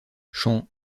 champs